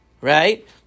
right